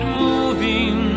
moving